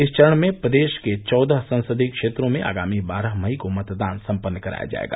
इस चरण में प्रदेश के चौदह संसदीय क्षेत्रों में आगामी बारह मई को मतदान सम्पन्न कराया जायेगा